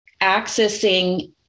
accessing